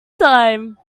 time